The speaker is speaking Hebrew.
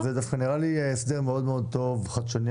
ולעניין